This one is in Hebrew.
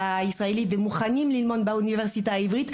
שמוחים באוניברסיטה ומניפים את דגלי הטרור.